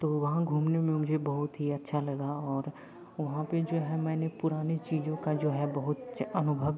तो वहाँ घूमने में मुझे बहुत ही अच्छा लगा और वहाँ पर जो है मैंने पुरानी चीज़ों का जो है बहुत अनुभव